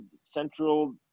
Central